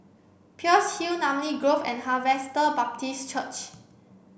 Peirce Hill Namly Grove and Harvester Baptist Church